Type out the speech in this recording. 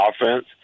offense